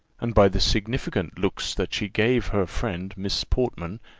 and by the significant looks that she gave her friend miss portman,